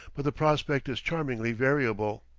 but the prospect is charmingly variable.